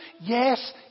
Yes